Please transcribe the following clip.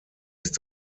ist